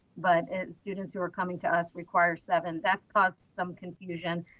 but students who are coming to us requires seven. that's caused some confusion.